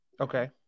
Okay